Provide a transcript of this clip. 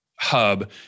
hub